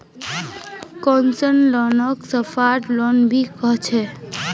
concessional लोनक soft loan भी कह छे